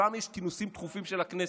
שם יש כינוסים דחופים של הכנסת,